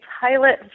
Pilot